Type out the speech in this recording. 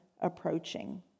approaching